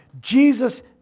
Jesus